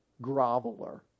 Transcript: groveler